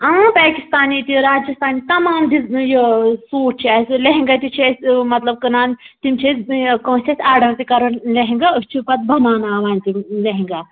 اۭں پاکِستانی تہِ راجِستانی تہِ تمام ڈِز سوٗٹ چھِ اَسہِ لہنگاہ تہِ چھِ اَسہِ مطلب کٕنان تِم چھِ اَسہِ کانٛسہِ اتھِ آرڈَر تہِ کَرُن لہنگاہ أسۍ چھِ پَتہٕ بناناوان تِم لہنگاہ